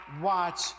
watch